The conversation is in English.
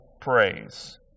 praise